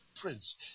Prince